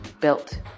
built